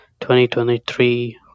2023